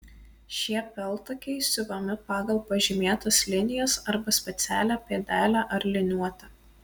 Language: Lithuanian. šie peltakiai siuvami pagal pažymėtas linijas arba specialią pėdelę ar liniuotę